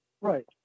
Right